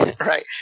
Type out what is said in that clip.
right